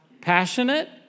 passionate